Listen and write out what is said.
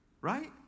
Right